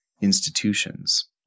institutions